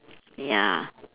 ya